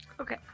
Okay